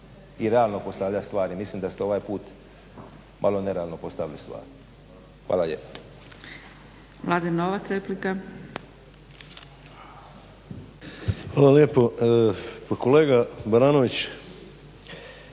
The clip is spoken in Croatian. i realno postavljat stvari. Mislim da ste ovaj put malo nerealno postavili stvari. Hvala lijepa.